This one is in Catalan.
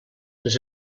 les